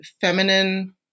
feminine